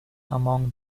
among